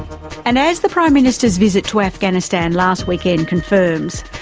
and as the prime minister's visit to afghanistan last weekend confirms,